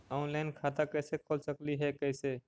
Online खाता कैसे खोल सकली हे कैसे?